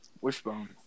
Wishbone